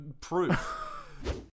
proof